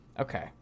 okay